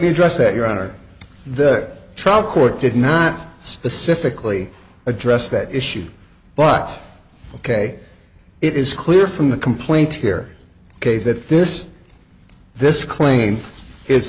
address that your honor the trial court did not specifically address that issue but ok it is clear from the complaint here ok that this this claim is